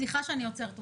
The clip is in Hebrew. סליחה שאני עוצרת אותך.